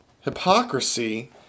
hypocrisy